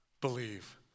believe